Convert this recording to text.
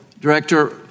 Director